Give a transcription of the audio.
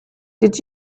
did